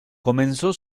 comenzó